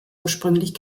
ursprünglich